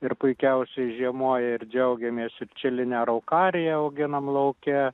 ir puikiausiai žiemoja ir džiaugiamės ir čilinė araukarija auginam lauke